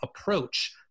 approach